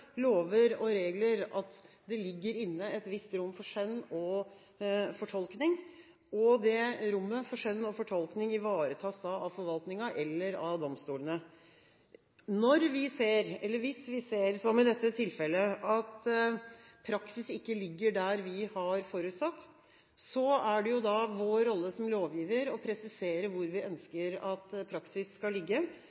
lover og regler at det ligger inne et visst rom for skjønn og fortolkning. Det rommet for skjønn og fortolkning ivaretas av forvaltningen eller av domstolene. Hvis vi ser – som i dette tilfellet – at praksis ikke ligger der vi har forutsatt, er det vår rolle som lovgiver å presisere hvor vi